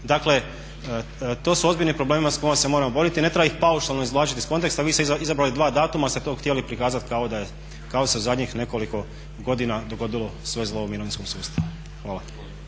Dakle to su ozbiljni problemi s kojima se moramo boriti i ne treba ih paušalno izvlačiti iz konteksta a vi ste izazvali dva datuma ste to htjeli prikazati kada da se u zadnjih nekoliko godina dogodilo sve zlo u mirovinskom sustavu. Hvala.